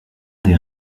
des